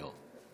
מגדלור.